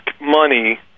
money